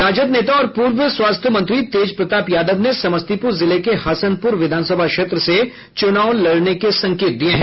राजद नेता और पूर्व स्वास्थ्य मंत्री तेज प्रताप यादव ने समस्तीपूर जिले के हसनपूर विधानसभा क्षेत्र से चूनाव लड़ने के संकेत दिये हैं